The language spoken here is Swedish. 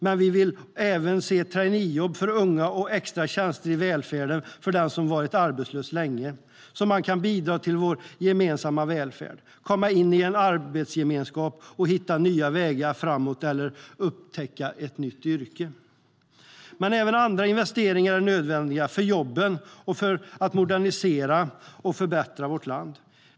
Men vi vill även se traineejobb för unga och extra tjänster i välfärden för den som varit arbetslös länge, så att man kan bidra till vår gemensamma välfärd, komma in i en arbetsgemenskap och hitta nya vägar framåt eller upptäcka ett nytt yrke. Men även andra investeringar är nödvändiga för jobben och för att modernisera och förbättra vårt land.